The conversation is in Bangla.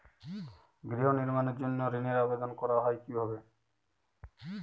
গৃহ নির্মাণের জন্য ঋণের আবেদন করা হয় কিভাবে?